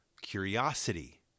curiosity